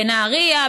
בנהריה,